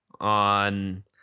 on